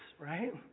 Right